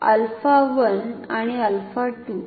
alpha 1 आणि alpha 2